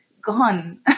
gone